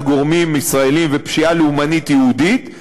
גורמים ישראליים ופשיעה לאומנית יהודית,